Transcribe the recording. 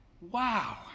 Wow